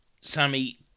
Sammy